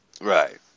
Right